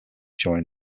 during